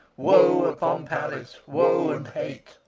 woe upon paris, woe and hate!